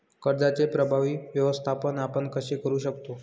कर्जाचे प्रभावी व्यवस्थापन आपण कसे करु शकतो?